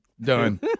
Done